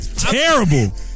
Terrible